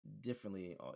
differently